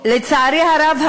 לצערי הרב,